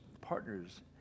partners